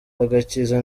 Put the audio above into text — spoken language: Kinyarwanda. agakiza